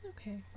Okay